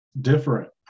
different